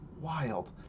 wild